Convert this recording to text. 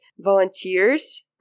volunteers